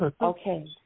Okay